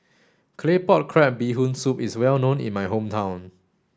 Claypot Crab Bee Hoon Soup is well known in my hometown